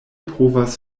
povas